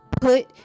put